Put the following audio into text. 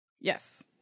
Yes